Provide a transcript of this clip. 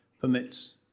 permits